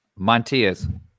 Montias